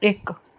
ਇੱਕ